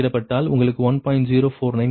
049 கிடைக்கும்